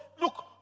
look